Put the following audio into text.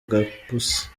gapusi